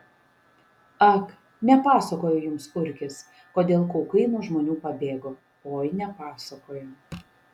ak nepasakojo jums urkis kodėl kaukai nuo žmonių pabėgo oi nepasakojo